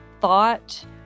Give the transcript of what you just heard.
thought